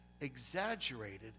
exaggerated